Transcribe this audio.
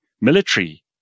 military